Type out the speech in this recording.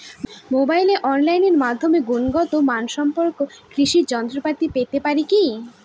মোবাইলে অনলাইনের মাধ্যমে গুণগত মানসম্পন্ন কৃষি যন্ত্রপাতি পেতে পারি কি?